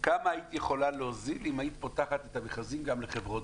כמה הייתי יכולה להוזיל גם אם היית פותחת את המכרזים גם לחברות